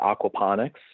aquaponics